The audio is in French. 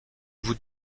vous